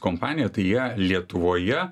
kompaniją tai jie lietuvoje